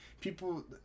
people